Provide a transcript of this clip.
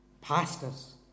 pastors